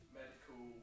medical